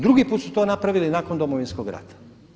Drugi put su to napravili nakon Domovinskog rata.